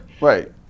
right